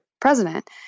president